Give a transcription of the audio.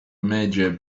major